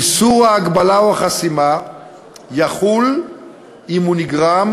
איסור ההגבלה או החסימה יחול אם הוא נגרם